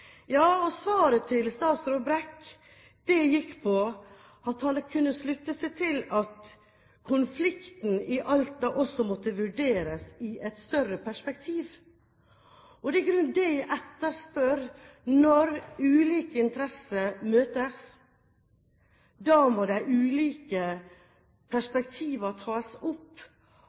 Svaret til statsråd Brekk gikk på at han kunne slutte seg til at konflikten i Alta også måtte vurderes i et større perspektiv. Og det er i grunnen det jeg etterspør. Når ulike interesser møtes, må de ulike perspektivene tas opp,